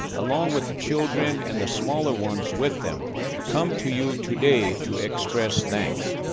along with the children and the smaller ones with them come to you today to express thanks.